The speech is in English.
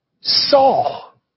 Saul